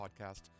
podcast